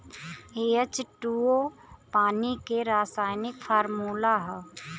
H two O पानी के रासायनिक फार्मूला हौ